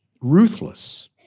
ruthless